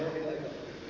hyvä